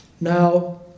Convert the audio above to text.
now